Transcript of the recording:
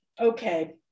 okay